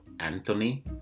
Anthony